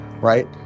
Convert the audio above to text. right